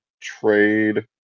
trade